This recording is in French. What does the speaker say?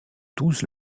douze